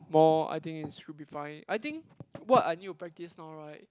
more I think it should be fine I think what I need to practice now right